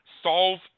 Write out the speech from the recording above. solve